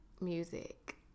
music